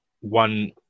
one